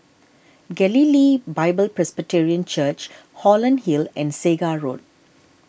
Galilee Bible Presbyterian Church Holland Hill and Segar Road